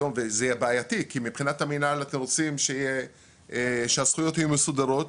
זה בעייתי כי מבחינת המינהל אתם רוצים שהזכויות יהיו מסודרות.